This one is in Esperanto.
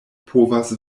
povas